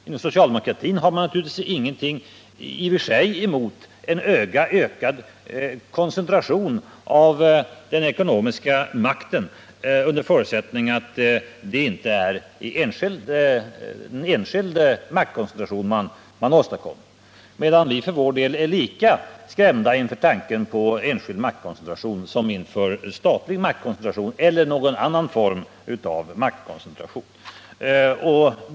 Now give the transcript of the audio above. Inom socialdemokratin har man naturligtvis i och för sig ingenting emot en ökad koncentration av den ekonomiska makten, under förutsättning att det inte är en enskild maktkoncentration som åstadkoms. Vi däremot är som liberaler lika skrämda inför tanken på enskild maktkoncentration som inför tanken på statlig maktkoncentration eller någon form av maktkoncentration.